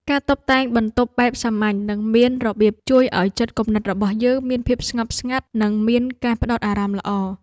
ការតុបតែងបន្ទប់បែបសាមញ្ញនិងមានរបៀបជួយឱ្យចិត្តគំនិតរបស់យើងមានភាពស្ងប់ស្ងាត់និងមានការផ្តោតអារម្មណ៍ល្អ។